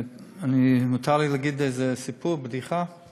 מותר לי לספר איזה סיפור, בדיחה?